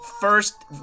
first